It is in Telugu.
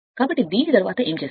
కాబట్టి దీని తరువాత ఏమి చేస్తుంది